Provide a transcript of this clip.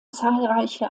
zahlreiche